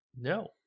no